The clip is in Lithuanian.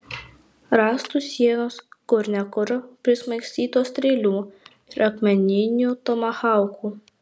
rąstų sienos kur ne kur prismaigstytos strėlių ir akmeninių tomahaukų